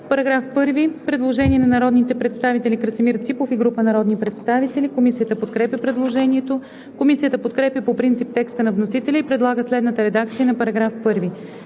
По § 6 има предложение на народния представител Красимир Ципов и група народни представители. Комисията подкрепя предложението. Комисията подкрепя по принцип текста на вносителя и предлага следната редакция на § 6: „§ 6.